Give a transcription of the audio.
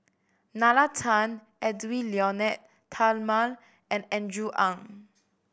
Nalla Tan Edwy Lyonet Talma and Andrew Ang